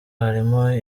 harimo